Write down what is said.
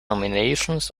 nominations